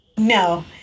No